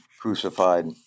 crucified